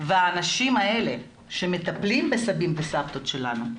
והאנשים האלה שמטפלים בסבים ובסבתות שלנו,